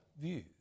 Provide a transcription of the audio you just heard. view